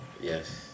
Yes